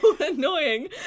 annoying